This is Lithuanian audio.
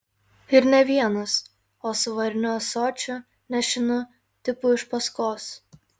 ir ne vienas o su variniu ąsočiu nešinu tipu iš paskos